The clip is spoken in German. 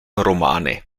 romane